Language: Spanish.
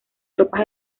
tropas